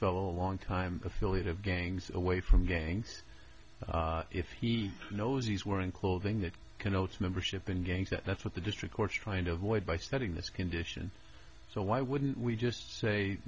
fellow long time affiliate of gangs away from gangs if he knows he's wearing clothing that connotes membership in gangs that's what the district courts are trying to avoid by studying this condition so why wouldn't we just say